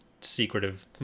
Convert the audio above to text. secretive